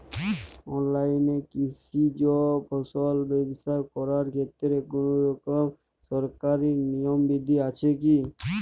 অনলাইনে কৃষিজ ফসল ব্যবসা করার ক্ষেত্রে কোনরকম সরকারি নিয়ম বিধি আছে কি?